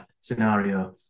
scenario